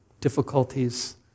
difficulties